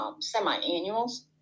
semi-annuals